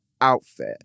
outfit